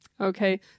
okay